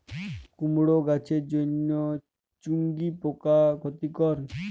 কুমড়ো গাছের জন্য চুঙ্গি পোকা ক্ষতিকর?